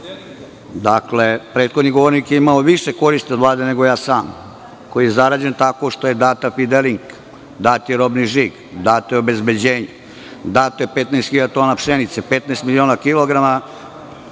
prethodni govornik je imao više koristi od Vlade nego ja sam, koji je zarađen tako što je data „Fidelinka“, dat je robni žig, dato je obezbeđenje, dato je 15.000 tona pšenice, 15 miliona kilograma,